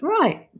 right